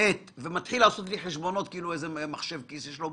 את הנתונים אלא מתחיל לעשות לי חשבונות כאילו יש לו איזה מחשב כיס בראש